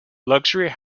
luxury